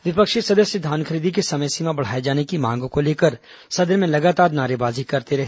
विपक्षी सदस्य धान खरीदी की समय सीमा बढ़ाए जाने की मांग को लेकर सदन में लगातार नारेबाजी करते रहे